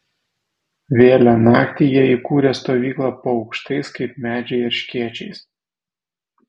vėlią naktį jie įkūrė stovyklą po aukštais kaip medžiai erškėčiais